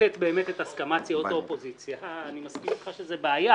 שמבטאת באמת את הסכמת סיעות האופוזיציה --- אני מסכים אתך שזו בעיה.